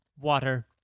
Water